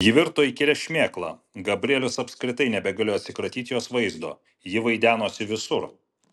ji virto įkyria šmėkla gabrielius apskritai nebegalėjo atsikratyti jos vaizdo ji vaidenosi visur